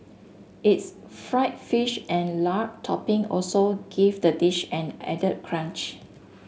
its fried fish and lard topping also give the dish an added crunch